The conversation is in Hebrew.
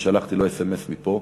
שלחתי לו אס.אם.אס מפה,